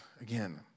again